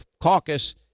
Caucus